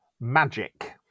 magic